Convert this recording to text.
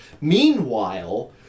Meanwhile